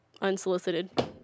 unsolicited